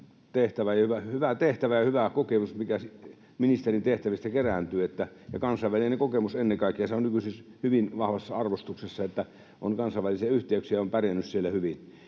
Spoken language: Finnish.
tehtävä ja hyvä kokemus, mikä ministerin tehtävistä kerääntyy, ja kansainvälinen kokemus ennen kaikkea. Se on nykyisin hyvin vahvassa arvostuksessa, että on kansainvälisiä yhteyksiä ja on pärjännyt siellä hyvin.